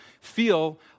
feel